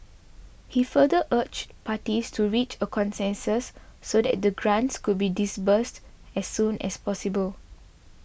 he further urged parties to reach a consensus so that the grants could be disbursed as soon as possible